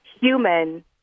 human